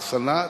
אחסנה,